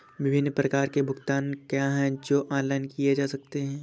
विभिन्न प्रकार के भुगतान क्या हैं जो ऑनलाइन किए जा सकते हैं?